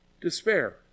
despair